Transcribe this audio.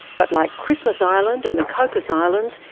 but like christmas island and the cocos islands,